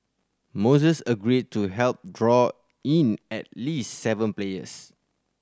moises agreed to help draw in at least seven players